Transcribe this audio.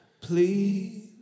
please